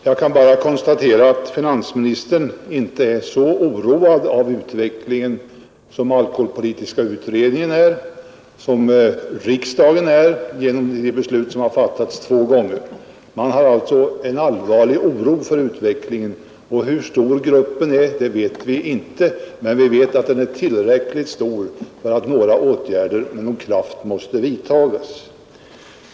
Fru talman! Jag konstaterar här att finansministern inte är lika oroad av utvecklingen som alkoholpolitiska utredningen är och som riksdagen har visat att den är genom de två beslut den fattat. Där hyser man allvarlig oro för utvecklingen. Vi vet inte hur stor gruppen av missbrukare är, men vi vet att den är tillräckligt stor för att kraftiga åtgärder måste vidtas.